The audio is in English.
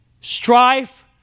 strife